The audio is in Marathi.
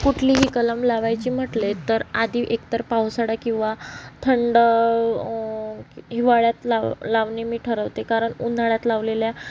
कुठलीही कलम लावायची म्हटले तर आधी एकतर पावसाळा किंवा थंड हिवाळ्यात लाव लावणे मी ठरवते कारण उन्हाळ्यात लावलेल्या